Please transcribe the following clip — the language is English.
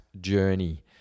journey